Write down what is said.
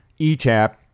ETAP